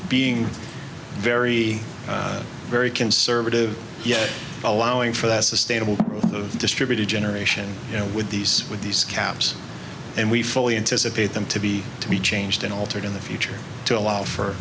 being very very concerned yeah allowing for that sustainable distributed generation you know with these with these caps and we fully anticipate them to be to be changed and altered in the future to allow for